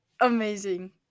amazing